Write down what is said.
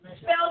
spell